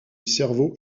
cerveau